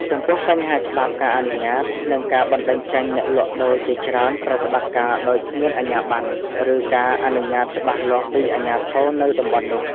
ចំពោះបញ្ហាច្បាប់ការអនុញ្ញាត និងការបណ្តេញចេញអ្នកលក់ដូរជាច្រើនប្រតិបត្តិការដោយគ្មានអាជ្ញាប័ណ្ណ ឬការអនុញ្ញាតច្បាស់លាស់ពីអាជ្ញាធរនៅតំបន់នោះ ។